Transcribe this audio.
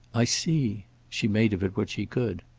i see she made of it what she could.